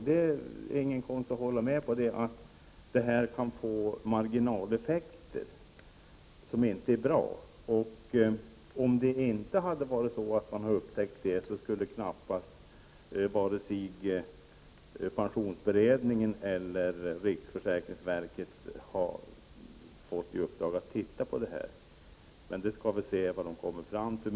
Det är ingen konst att hålla med om att detta kan få marginaleffekter som inte är bra. Om detta inte hade upptäckts, skulle knappast vare sig pensionsberedningen eller riksförsäkringsverket ha fått i uppdrag att se över detta. Vi får emellertid se vad dessa kommer fram till.